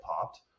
popped